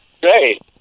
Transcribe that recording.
Great